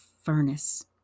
furnace